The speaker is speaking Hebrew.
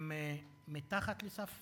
הם מתחת לסף